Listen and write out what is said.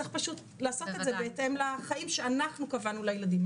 צריך פשוט לעשות את זה בהתאם לחיים שאנחנו קבענו לילדים,